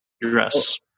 dress